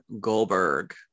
Goldberg